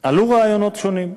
עלו רעיונות שונים.